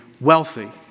wealthy